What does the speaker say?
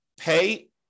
pay